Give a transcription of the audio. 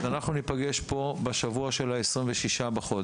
אז אנחנו ניפגש פה בשבוע של ה-26 לחודש,